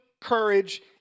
courage